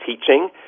teaching